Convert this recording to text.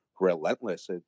relentless